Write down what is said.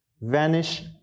vanish